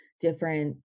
different